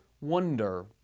wonder